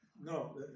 No